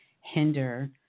hinder